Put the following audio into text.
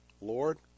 Lord